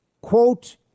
quote